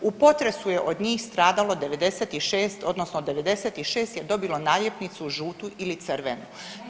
U potresu je od njih stradalo 96 odnosno 96 je dobilo naljepnicu žutu ili crvenu.